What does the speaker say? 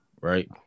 Right